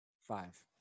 Five